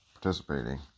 participating